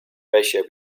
ratio